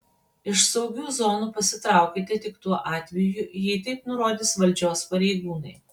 iš saugių zonų pasitraukite tik tuo atveju jei taip nurodys valdžios pareigūnai